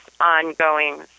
ongoing